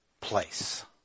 place